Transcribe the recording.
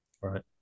Right